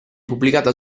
pubblicata